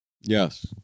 Yes